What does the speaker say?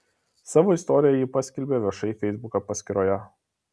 savo istoriją ji paskelbė viešai feisbuko paskyroje